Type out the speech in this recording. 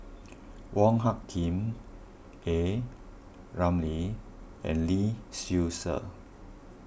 Wong Hung Khim A Ramli and Lee Seow Ser